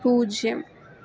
പൂജ്യം